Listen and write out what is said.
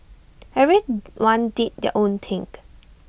everyone did their own thing